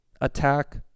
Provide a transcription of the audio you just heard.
attack